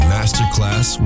Masterclass